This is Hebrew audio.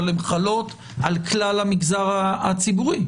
אבל הן חלות על כלל המגזר הציבורי.